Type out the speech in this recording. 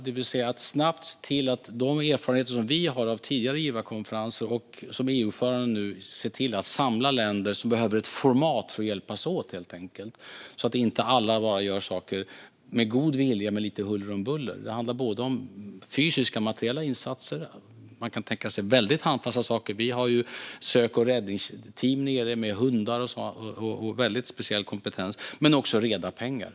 Det handlar om att snabbt se till att ta vara på de erfarenheter vi har av tidigare givarkonferenser och som nuvarande ordförandeland i EU samla länder som helt enkelt behöver ett format för att hjälpas åt. Alla ska inte bara göra saker med god vilja men lite huller om buller. Det gäller till exempel fysiska, materiella insatser där man kan tänka sig väldigt handfasta saker - vi har sök och räddningsteam med hundar där nere, vilket är en väldigt speciell kompetens - men också reda pengar.